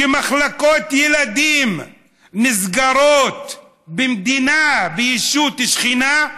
שמחלקות ילדים נסגרות במדינה בישות השכנה,